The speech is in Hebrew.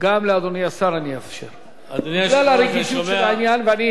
אדוני השר, בגלל הרגישות של העניין.